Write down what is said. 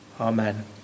Amen